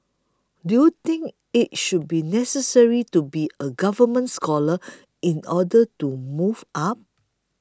do you think it should be necessary to be a government scholar in order to move up